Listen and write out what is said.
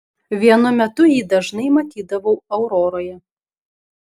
vienu metu jį dažnai matydavau auroroje